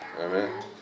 Amen